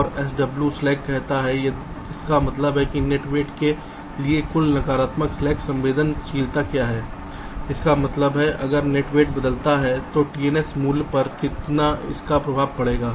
और sw slack कहता है इसका मतलब है कि नेट वेट के लिए कुल नकारात्मक स्लैक संवेदनशीलता क्या है इसका मतलब है अगर नेट वेट बदलता है तो TNS मूल्य पर इसका कितना प्रभाव पड़ेगा